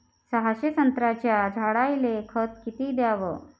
सहाशे संत्र्याच्या झाडायले खत किती घ्याव?